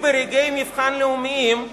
ברגעי מבחן לאומיים היא